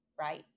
right